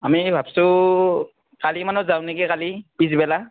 আমি ভাবছোঁ কালিমানত যাওঁ নেকি কালি পিছবেলা